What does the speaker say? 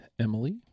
Emily